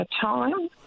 time